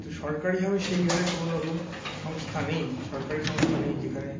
তো সরকারিভাবে সেইভাবে কোনোরকম সংস্থা নেই সরকারি সংস্থা নেই যেখানে